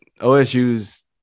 OSU's